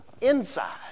inside